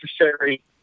necessary